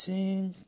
Sing